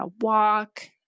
walk